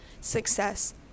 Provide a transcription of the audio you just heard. success